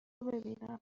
ببینم